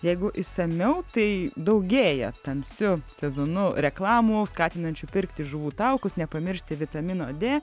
jeigu išsamiau tai daugėja tamsiu sezonu reklamų skatinančių pirkti žuvų taukus nepamiršti vitamino dė